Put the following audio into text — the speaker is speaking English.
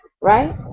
right